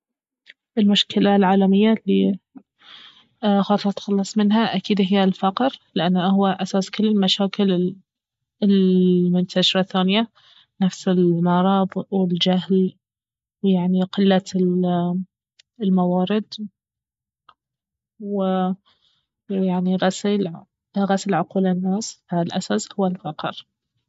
المشكلة العالمية الي خاطري اتخلص منها اكيد اهي الفقر لانه اهو أساس كل المشاكل المنتشرة الثانية نفس المرض والجهل يعني قلة ال- الموارد و- ويعني غسل عقول الناس الأساس اهو الفقر